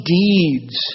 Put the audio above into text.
deeds